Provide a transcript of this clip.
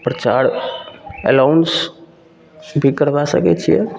प्रचार एनाउन्स भी करबै सकै छिए